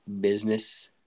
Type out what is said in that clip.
business